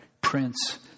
Prince